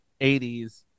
80s